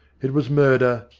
it was murder,